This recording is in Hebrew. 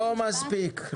לא מספיק.